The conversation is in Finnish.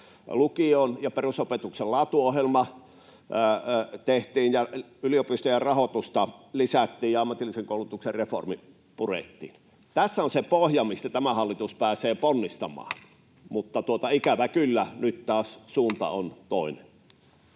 Lukion ja perusopetuksen laatuohjelma tehtiin, yliopistojen rahoitusta lisättiin ja ammatillisen koulutuksen reformi purettiin. Tässä on se pohja, miltä tämä hallitus pääsee ponnistamaan, mutta ikävä kyllä nyt taas suunta on toinen.